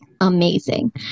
amazing